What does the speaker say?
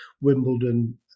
wimbledon